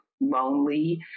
lonely